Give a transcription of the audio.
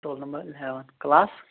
role number eleven class